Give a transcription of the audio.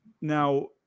Now